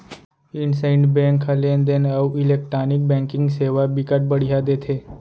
IndusInd bank ह लेन देन अउ इलेक्टानिक बैंकिंग सेवा बिकट बड़िहा देथे